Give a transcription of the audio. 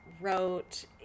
wrote